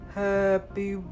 happy